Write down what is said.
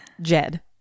Jed